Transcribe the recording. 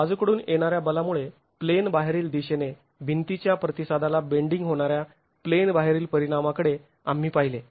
बाजूकडून येणाऱ्या बलामुळे प्लेन बाहेरील दिशेने भिंतीच्या प्रतिसादाला बेंडींग होणाऱ्या प्लेन बाहेरील परिणामाकडे आम्ही पाहिले